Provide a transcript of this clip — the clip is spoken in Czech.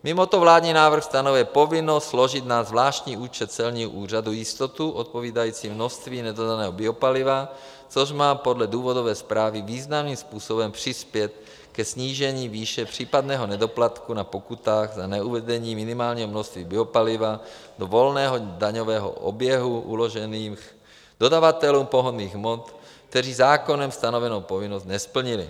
Mimoto vládní návrh stanovuje povinnost složit na zvláštní účet celního úřadu jistotu odpovídající množství nedodaného biopaliva, což má podle důvodové zprávy významným způsobem přispět ke snížení výše případného nedoplatku na pokutách za neuvedení minimálního množství biopaliva do volného daňového oběhu uložených dodavatelům pohonných hmot, kteří zákonem stanovenou povinnost nesplnili.